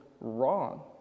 wrong